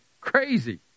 crazy